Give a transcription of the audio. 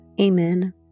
Amen